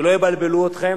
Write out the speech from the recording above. שלא יבלבלו אתכם,